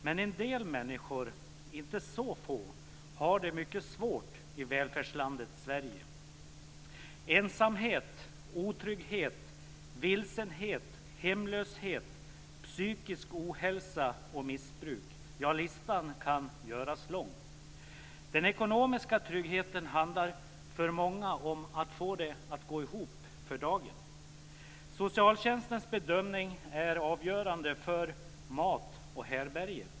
Men en del människor, inte så få, har det mycket svårt i välfärdslandet Sverige. Det handlar om ensamhet, otrygghet, vilsenhet, hemlöshet, psykisk ohälsa och missbruk. Listan kan göras lång. Den ekonomiska tryggheten handlar för många om att få det att gå ihop för dagen. Socialtjänstens bedömning är avgörande för mat och härbärge.